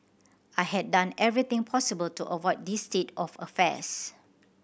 I had done everything possible to avoid this state of affairs